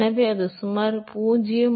எனவே அது சுமார் 0